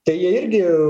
tai jie irgi